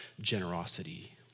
generosity